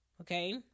Okay